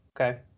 okay